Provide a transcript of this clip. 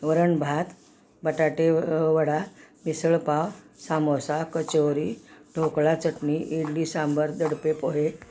वरण भात बटाटे व वडा मिसळपाव सामोसा कचोरी ढोकळा चटणी इडली सांबर दडपे पोहे